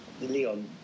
Leon